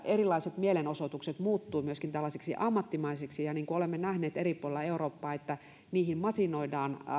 erilaiset mielenosoitukset muuttuvat myöskin tällaisiksi ammattimaisiksi ja niin kuin olemme nähneet eri puolilla eurooppaa niihin masinoidaan